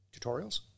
tutorials